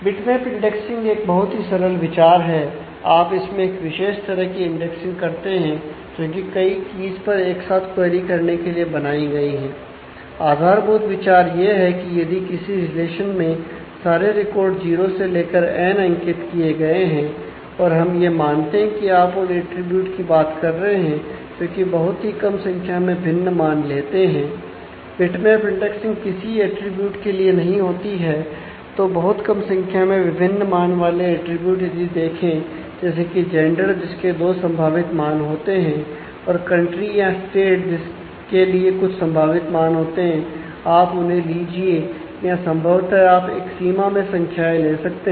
bitmap indexing की बात कर रहे हैं जो कि बहुत ही कम संख्या में भिन्न मान लेते हैं